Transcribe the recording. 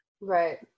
Right